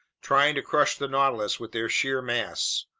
trying to crush the nautilus with their sheer mass.